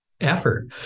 effort